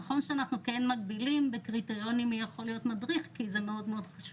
נכון שאנחנו כן מגבילים בקריטריונים מי יכול להיות מדריך כי זה מאוד חשוב